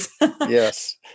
yes